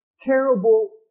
terrible